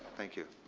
thank you.